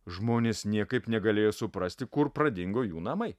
žmonės niekaip negalėjo suprasti kur pradingo jų namai